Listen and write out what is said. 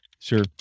Sure